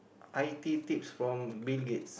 i_t tips from Bill-Gates